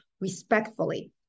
respectfully